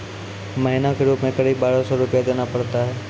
महीना के रूप क़रीब बारह सौ रु देना पड़ता है?